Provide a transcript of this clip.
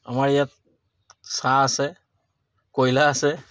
আমাৰ ইয়াত চাহ আছে কয়লা আছে